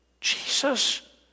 Jesus